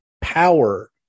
Power